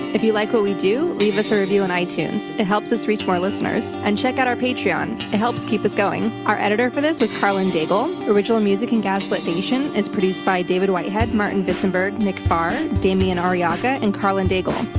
if you like what we do, leave us a review on itunes. it helps us reach more listeners. and check out our patreon. it helps keep us going. our editor for this was karlyn daigle, original music for and gaslit nation is produced by david whitehead, martin visenberg, nick farr, damian arriaga and karlyn daigle.